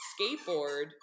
skateboard